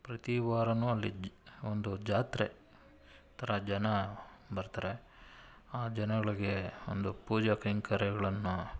ಪ್ರತಿ ವಾರನೂ ಅಲ್ಲಿ ಜ್ ಒಂದು ಜಾತ್ರೆ ಥರ ಜನ ಬರ್ತಾರೆ ಆ ಜನಗಳಿಗೆ ಒಂದು ಪೂಜಾ ಕೈಂಕರ್ಯಗಳನ್ನು